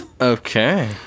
Okay